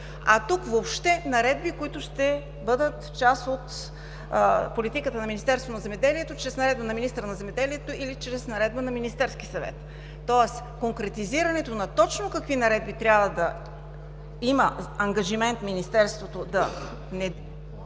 А тук въобще наредби, които ще бъдат част от политиката на Министерството на земеделието, храните и горите чрез наредба на министъра или чрез наредба на Министерския съвет. Тоест, конкретизирането на точно какви наредби трябва да има ангажимент Министерството, са една